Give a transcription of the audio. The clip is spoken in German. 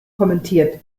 kommentiert